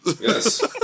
Yes